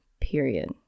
period